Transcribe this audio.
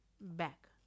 back